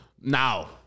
Now